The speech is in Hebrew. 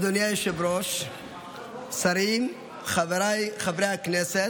אדוני היושב-ראש, שרים, חבריי חברי הכנסת,